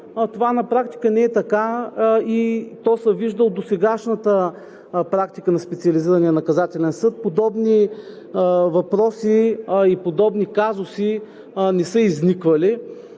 това на практика не е така и то се вижда от досегашната практика на Специализирания наказателен съд. Подобни въпроси и подобни казуси не са изниквали,